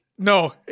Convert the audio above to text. No